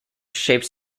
shaped